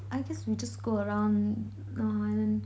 I guess we just go around அப்புறம்:apram